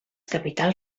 capitals